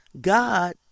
God